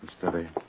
study